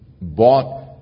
bought